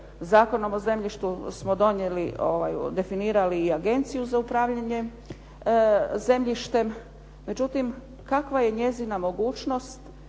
Zakonom o zemljištu smo donijeli, definirali i Agenciju za upravljanje zemljištem, međutim kakva je njezina mogućnost.